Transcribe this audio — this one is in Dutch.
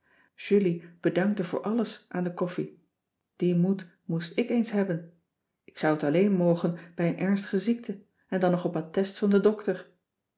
julie bedankte voor alles aan de koffie die moed moest ik eens hebben k zou het alleen mogen bij een ernstige ziekte en dan nog op attest van den dokter